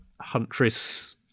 Huntress